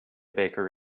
baker